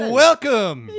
welcome